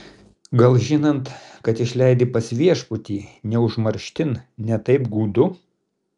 gal žinant kad išleidi pas viešpatį ne užmarštin ne taip gūdu